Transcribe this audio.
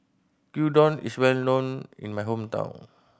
gyudon is well known in my hometown